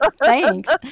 Thanks